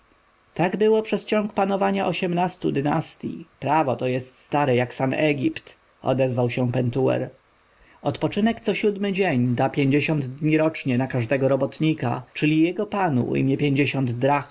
tak było przez ciąg panowania dziewiętnastu dynastyj prawo to jest stare jak sam egipt odezwał się pentuer odpoczynek co siódmy dzień da pięćdziesiąt dni rocznie dla każdego robotnika czyli jego panu ujmie pięćdziesiąt